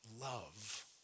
love